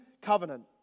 covenant